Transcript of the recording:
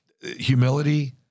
humility